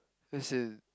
as in